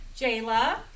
jayla